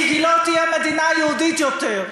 כי היא לא תהיה מדינה יהודית יותר.